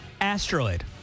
Asteroid